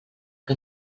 que